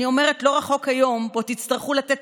אני אומרת: לא רחוק היום שבו תצטרכו לתת